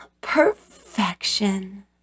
perfection